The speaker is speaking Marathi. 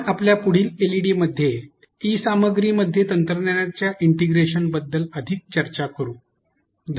आपण आपल्या पुढील एलईडीमध्ये ई सामग्रीमध्ये तंत्रज्ञानाच्या इंटिग्रेशन बद्दल अधिक चर्चा करू